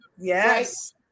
yes